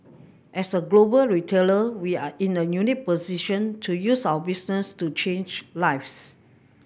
as a global retailer we are in a unique position to use our business to change lives